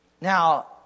Now